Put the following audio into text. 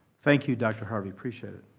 thank you, dr. harvey. appreciate it.